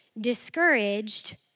discouraged